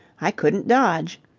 i couldn't dodge.